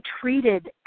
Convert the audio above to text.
treated